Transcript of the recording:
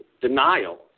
denial